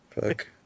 Fuck